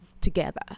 together